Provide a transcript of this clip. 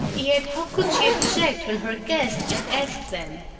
yet how could she object when her guest had asked them?